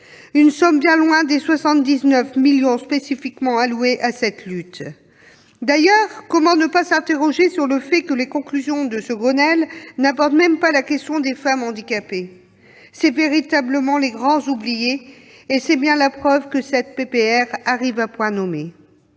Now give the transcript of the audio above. Une somme bien loin des 79 millions d'euros spécifiquement alloués à cette lutte ! D'ailleurs, comment ne pas s'interroger sur le fait que les conclusions de ce Grenelle n'abordent même pas la question des femmes handicapées ? Elles en sont véritablement les grandes oubliées. C'est bien la preuve que cette proposition